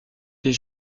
des